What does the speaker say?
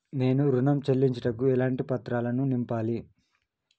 నేను ఋణం చెల్లించుటకు ఎలాంటి పత్రాలను నింపాలి?